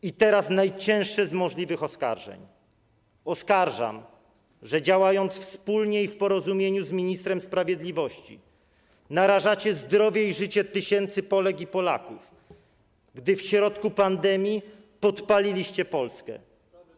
I teraz najcięższe z możliwych oskarżeń: oskarżam, że działając wspólnie i w porozumieniu z ministrem sprawiedliwości, narażacie zdrowie i życie tysięcy Polek i Polaków, gdy w środku pandemii podpalacie Polskę.